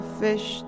fish